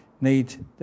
need